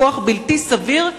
בכוח בלתי סביר,